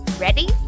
Ready